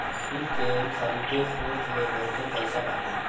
जमीन कअ खरीद फोक्त में बहुते पईसा बाटे